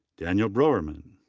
daniel broerman.